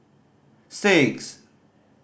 six